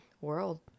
World